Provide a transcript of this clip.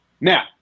Now